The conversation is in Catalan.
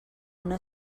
una